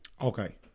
Okay